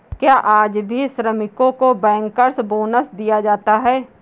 क्या आज भी श्रमिकों को बैंकर्स बोनस दिया जाता है?